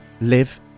live